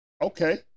Okay